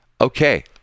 Okay